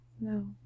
No